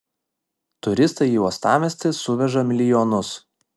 turistai į uostamiestį suveža milijonus